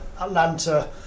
Atlanta